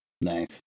Nice